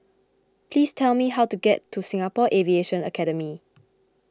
please tell me how to get to Singapore Aviation Academy